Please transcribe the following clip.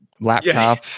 laptop